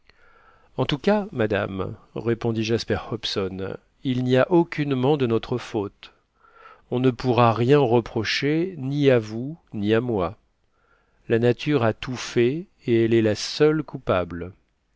en tout cas madame répondit jasper hobson il n'y a aucunement de notre faute on ne pourra rien reprocher ni à vous ni à moi la nature a tout fait et elle est la seule coupable